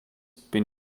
bin